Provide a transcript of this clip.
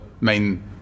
main